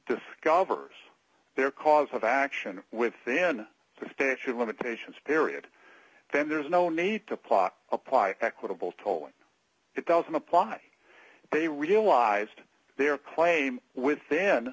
discovers their cause of action within the state should limitations period then there is no need to plot apply equitable tolling it doesn't apply they realized their claim within